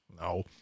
no